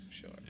sure